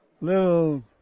little